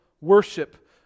worship